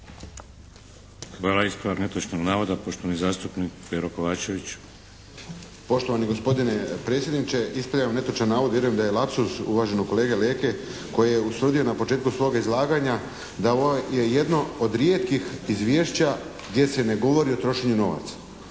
Hvala. Ispravak netočnog navoda, poštovani zastupnik Pero Kovačević. **Kovačević, Pero (HSP)** Poštovani gospodine predsjedniče, ispravljam netočan navod, vjerujem da je lapsuz uvaženog kolege Leke koji je … /Govornik se ne razumije./ … na početku svog izlaganja da ovo je jedno od rijetkih izvješća gdje se ne govori o trošenju novaca.